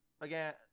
Again